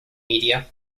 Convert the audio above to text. media